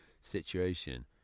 situation